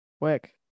Quick